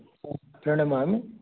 प्रणमामि